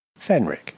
Fenric